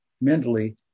mentally